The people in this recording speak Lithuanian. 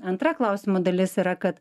antra klausimo dalis yra kad